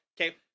Okay